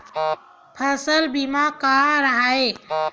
फसल बीमा का हरय?